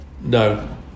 no